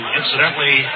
incidentally